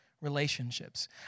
relationships